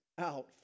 out